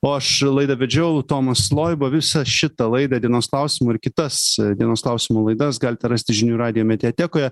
o aš laidą vedžiau tomas loiba visą šitą laidą dienos klausimo ir kitas dienos klausimų laidas galite rasti žinių radijo mediatekoje